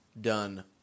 done